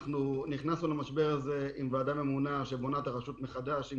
אנחנו נכנסנו למשבר הזה עם ועדה ממונה שבונה את הרשות מחדש עם